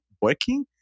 working